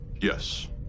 Yes